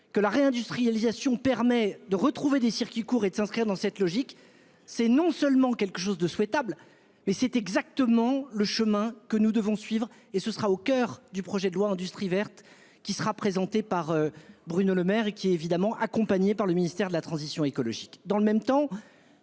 Que la réindustrialisation permet de retrouver des circuits courts et de s'inscrire dans cette logique. C'est non seulement quelque chose de souhaitable, mais c'est exactement le chemin que nous devons suivre et ce sera au coeur du projet de loi industrie verte qui sera présentée par Bruno Lemaire et qui évidemment accompagné par le ministère de la transition écologique